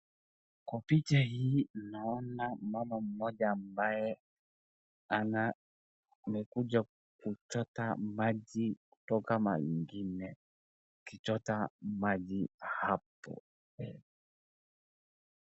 Kwa picha hii naona mama mmoja ambaye amekuja kuchota maji kutoka mahali ingine kuchota maji hapo.